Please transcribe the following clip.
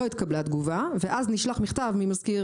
לא התקבלה תגובה, ואז נשלח מכתב ממזכיר